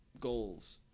goals